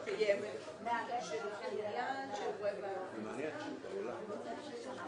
זו ההסכמה שלנו ואנחנו --- בנושא של הקנטור נשארנו עם הצעת